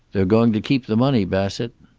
they're going to keep the money, bassett.